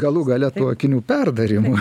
galų gale to akinių perdarymu